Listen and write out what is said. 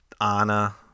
Anna